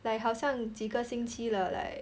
like 好像几个星期了 like